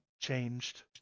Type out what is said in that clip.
changed